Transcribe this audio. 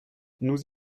nous